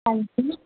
ਹਾਂਜੀ